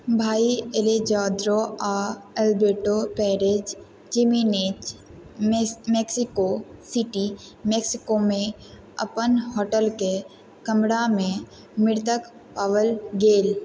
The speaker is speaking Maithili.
भाइ एलेजांद्रो आ अल्बर्टो पेरेज जिमेनेज मैस मैक्सिको सिटी मैक्सिकोमे अपन होटलके कमरामे मृतक पाओल गेल